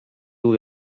był